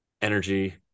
energy